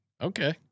Okay